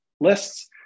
lists